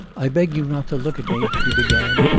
i beg you not to look at me he began,